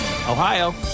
Ohio